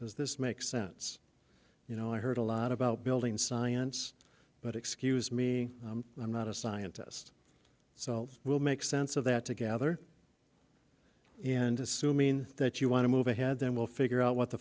does this make sense you know i heard a lot about building science but excuse me i'm not a scientist so we'll make sense of that together and assuming that you want to move ahead then we'll figure out what the